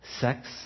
Sex